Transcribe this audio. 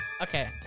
Okay